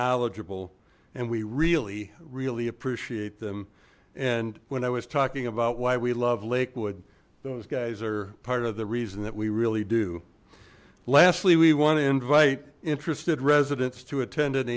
knowledgeable and we really really appreciate them and when i was talking about why we love lakewood those guys are part of the reason that we really do lastly we want to invite interested residents to attend an